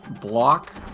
block